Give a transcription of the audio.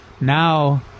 now